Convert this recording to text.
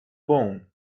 bone